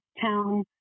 town